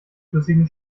flüssigen